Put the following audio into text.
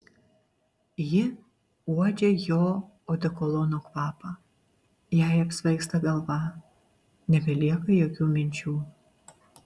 ji uodžia jo odekolono kvapą jai apsvaigsta galva nebelieka jokių minčių